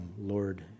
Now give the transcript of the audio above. Lord